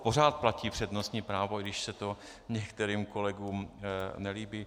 Pořád platí přednostní právo, i když se to některým kolegům nelíbí.